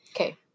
Okay